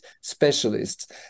specialists